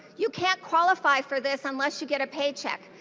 you can qualify for this unless you get a paycheck.